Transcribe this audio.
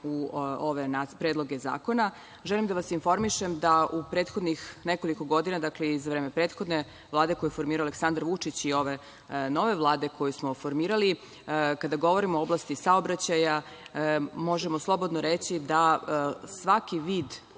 u ove predloge zakona, želim da vas informišem da u prethodnih nekoliko godina, dakle iz vremena prethodne Vlade koju je formirao Aleksandar Vučić i ove nove Vlade koju smo formirali, kada govorimo o oblasti saobraćaja možemo slobodno reći da svaki vid